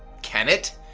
can it?